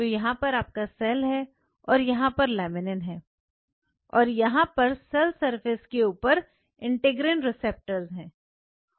तो यहां पर आपका सेल है और यहां पर लैमिनिन है और यहां पर सेल सरफेस के ऊपर इंटीग्रल रिसेप्टर्स है